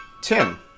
Tim